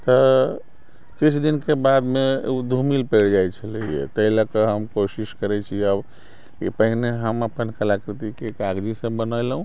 तऽ किछु दिन के बाद मे ओ धूमिल परि जाइ छलै ताहि लऽ के हम कोशिश करै छी आब की पहिने हम अपन कलाकृति के कागजे से बनेलहुॅं